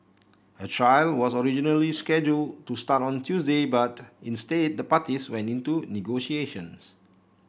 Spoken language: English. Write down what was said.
a trial was originally schedule to start on Tuesday but instead the parties went into negotiations